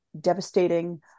devastating